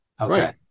Okay